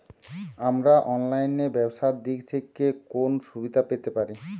আমরা অনলাইনে ব্যবসার দিক থেকে কোন সুবিধা পেতে পারি?